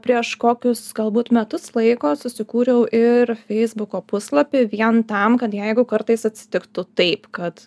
prieš kokius galbūt metus laiko susikūriau ir feisbuko puslapį vien tam kad jeigu kartais atsitiktų taip kad